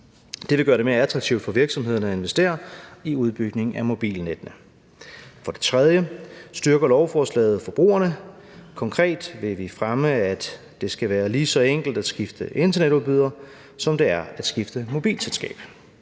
Det vil gøre det mere attraktivt for virksomhederne at investere i udbygning af mobilnettene. For det tredje styrker lovforslaget forbrugerne. Konkret vil vi fremme, at det skal være lige så enkelt at skifte internetudbyder, som det er at skifte mobilselskab.